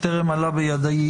זה טרם עלה בידי.